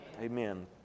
Amen